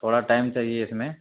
تھوڑا ٹائم چاہیے اِس میں